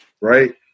right